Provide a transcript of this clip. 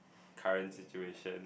current situation